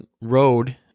road